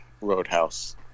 Roadhouse